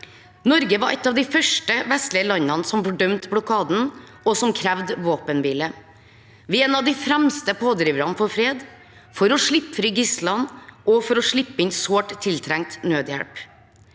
Norge var et av de første vestlige landene som fordømte blokaden, og som krevde våpenhvile. Vi er en av de fremste pådriverne for fred, for å slippe fri gislene, og for å slippe inn sårt tiltrengt nødhjelp.